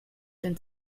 dem